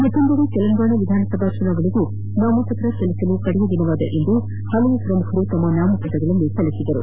ಮತ್ತೊಂದೆಡೆ ತೆಲಂಗಾಣ ವಿಧಾನಸಭಾ ಚುನಾವಣೆಗಳಿಗೆ ನಾಮಪತ್ರ ಸಲ್ಲಿಸಲು ಕಡೆಯ ದಿನವಾದ ಇಂದು ಪಲವು ಪ್ರಮುಖರು ತಮ್ನ ನಾಮಪತ್ರ ಸಲ್ಲಿಸಿದರು